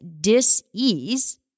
disease